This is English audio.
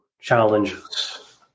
challenges